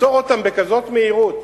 לפטור אותם בכזאת מהירות,